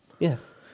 Yes